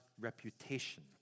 reputation